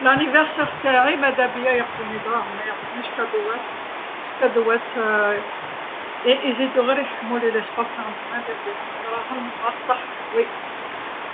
عيد الميلاد تاعي مدابيا يعطوني دراهم مايعطونش كادوات، لأن الكادوات يزيدو غير يحكمولي المكان، ماعندي ماندير بيهم، الدراهم هوما الصح نعم.